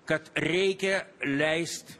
kad reikia leist